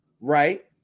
right